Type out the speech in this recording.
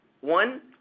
One